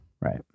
Right